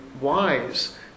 wise